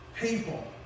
People